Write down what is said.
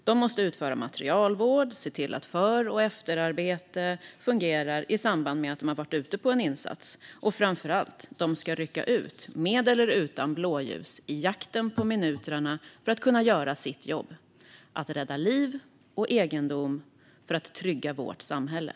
De måste utföra materielvård, se till att för och efterarbete fungerar i samband med att de har varit ute på en insats och framför allt: De ska rycka ut med eller utan blåljus i jakten på minuterna för att kunna göra sitt jobb - att rädda liv och egendom för att trygga vårt samhälle.